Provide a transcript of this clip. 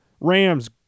Rams